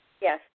Yes